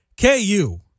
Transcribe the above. KU